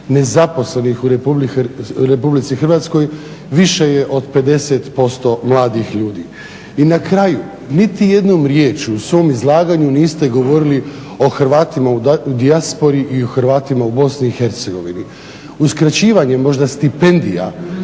nezaposlenih u RH više je od 50% mladih ljudi. I na kraju, niti jednom riječju u svom izlaganju niste govorili o Hrvatima u dijaspori i o Hrvatima u BiH. uskraćivanjem možda stipendija